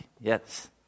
Yes